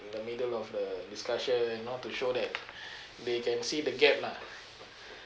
in the middle of the discussion you know to show that they can see the gap lah